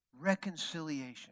Reconciliation